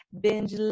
binge